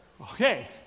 Okay